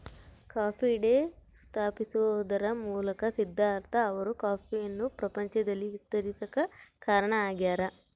coffee day ಸ್ಥಾಪಿಸುವದರ ಮೂಲಕ ಸಿದ್ದಾರ್ಥ ಅವರು ಕಾಫಿಯನ್ನು ಪ್ರಪಂಚದಲ್ಲಿ ವಿಸ್ತರಿಸಾಕ ಕಾರಣ ಆಗ್ಯಾರ